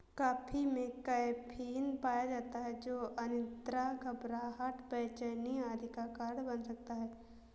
coffee में caffeine पाया जाता है जो अनिद्रा, घबराहट, बेचैनी आदि का कारण बन सकता है